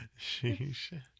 Sheesh